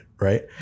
right